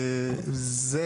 זה,